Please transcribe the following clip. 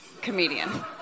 comedian